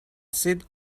sit